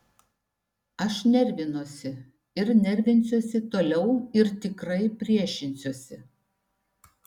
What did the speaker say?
aš nervinuosi ir nervinsiuosi toliau ir tikrai priešinsiuosi